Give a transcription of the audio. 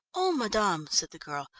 oh, madame, said the girl,